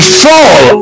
fall